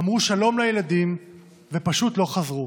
אמרו שלום לילדים ופשוט לא חזרו.